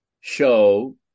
show